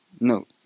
No